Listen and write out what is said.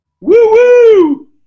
Woo